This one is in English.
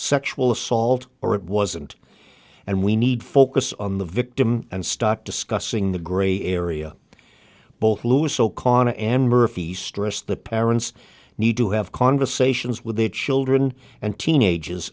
sexual assault or it wasn't and we need focus on the victim and stop discussing the grey area both louis o'connor and murphy stressed the parents need to have conversations with their children and teenagers